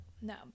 No